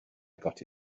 got